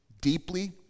deeply